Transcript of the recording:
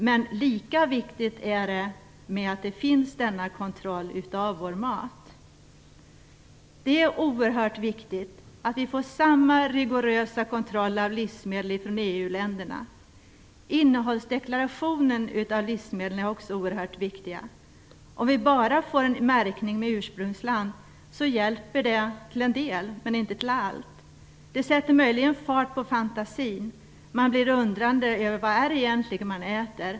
Men det är lika viktigt att denna kontroll av vår mat finns. Det är oerhört viktigt att vi får samma rigorösa kontroll av livsmedel från EU-länderna. Innehållsdeklarationen av livsmedel är också mycket viktig. Om vi bara får en märkning med ursprungsland hjälper det till en del, men inte i allt. Det sätter möjligen fart på fantasin. Man blir undrande över vad det egentligen är man äter.